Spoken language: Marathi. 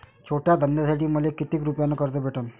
छोट्या धंद्यासाठी मले कितीक रुपयानं कर्ज भेटन?